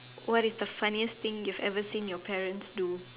what is the funniest thing you ever seen your parents do